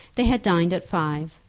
they had dined at five,